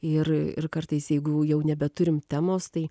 ir ir kartais jeigu jau nebeturim temos tai